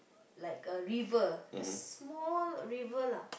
like the river a small river lah